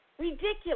Ridiculous